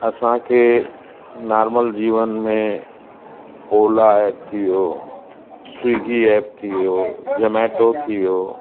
असांखे नॉर्मल जीवन में ओला ऐप थी वियो स्विगी ऐप थी वियो जौमेटो थी वियो